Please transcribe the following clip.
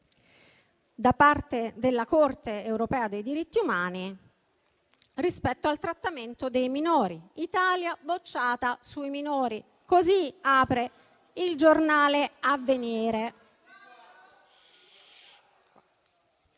da parte della Corte europea dei diritti umani rispetto al trattamento dei minori. «Italia bocciata sui minori»: così apre il giornale «Avvenire».